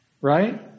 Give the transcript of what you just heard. Right